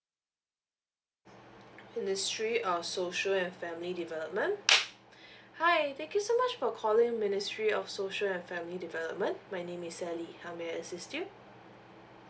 ministry of social and family development hi thank you so much for calling ministry of social and family development my name is sally how may I assist you